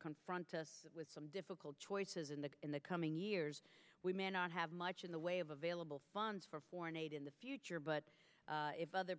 confront us with some difficult choices in the in the coming years we may not have much in the way of available funds for foreign aid in the future but if other